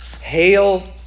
hail